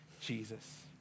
Jesus